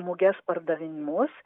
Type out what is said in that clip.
muges pardavimus